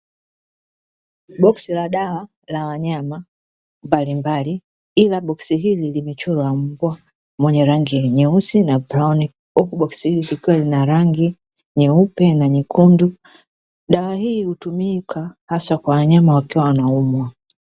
Boksi la dawa la wanyama mbalimbali, ila boksi hili limechorwa mbwa mwenye rangi nyeusi na brauni, huku boksi hili likiwa lina rangi nyeupe na nyekundu. Dawa hii hutumika hasa kwa wanyama wakiwa wanaumwa.